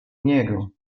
niego